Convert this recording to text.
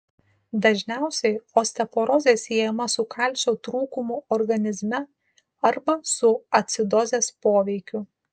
dažniausiai osteoporozė siejama su kalcio trūkumu organizme arba su acidozės poveikiu